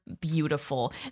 beautiful